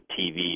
TV